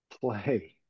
play